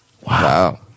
Wow